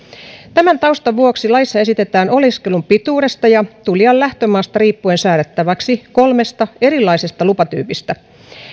tämän taustan vuoksi laissa esitetään oleskelun pituudesta ja tulijan lähtömaasta riippuen säädettäväksi kolmesta erilaisesta lupatyypistä